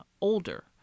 older